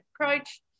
approach